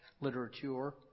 literature